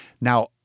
Now